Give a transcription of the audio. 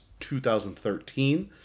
2013